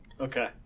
Okay